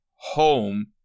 home